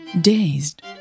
dazed